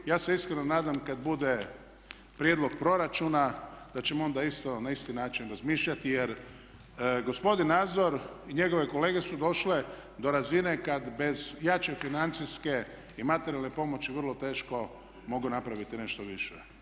Ja se iskreno nadam kad bude prijedlog proračuna da ćemo onda isto na isti način razmišljati jer gospodin Nazor i njegove kolege su došle do razine kad bez jače financijske i materijalne pomoći vrlo teško mogu napraviti nešto više.